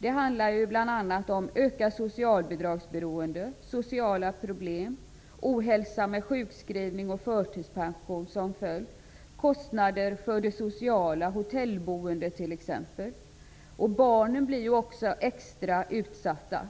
Det handlar bl.a. om ökat socialbidragsberoende, sociala problem, ohälsa med sjukskrivning och förtidspension som följd, kostnader för det sociala, såsom hotellboende m.m. Barnen blir ju också extra utsatta.